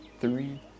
three